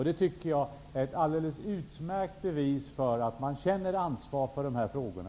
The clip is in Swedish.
Det tycker jag är ett alldeles utmärkt bevis för att man känner ansvar för de här frågorna.